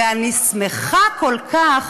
ואני שמחה כל כך